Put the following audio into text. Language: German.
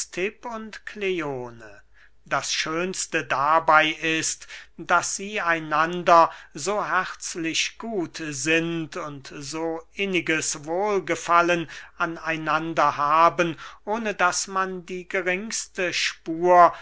und kleone das schönste dabey ist daß sie einander so herzlich gut sind und so inniges wohlgefallen an einander haben ohne daß man die geringste spur